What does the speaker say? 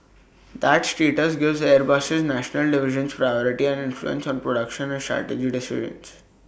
that status gives Airbus's national divisions priority and influence on production and strategy decisions